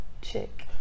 chick